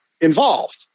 involved